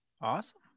awesome